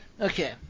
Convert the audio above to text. Okay